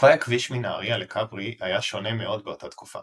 תוואי הכביש מנהריה לכברי היה שונה מאוד באותה תקופה.